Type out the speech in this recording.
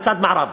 לצד מערב.